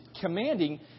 commanding